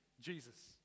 Jesus